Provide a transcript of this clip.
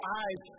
eyes